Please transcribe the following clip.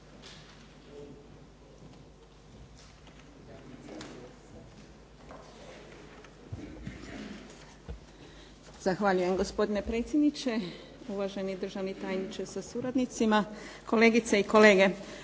Zahvaljujem gospodine predsjedniče, uvaženi državni tajniče sa suradnicima, kolegice i kolege.